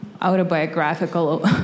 autobiographical